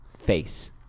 face